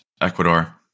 Ecuador